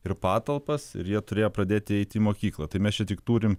ir patalpas ir jie turėjo pradėti eiti į mokyklą tai mes čia tik turim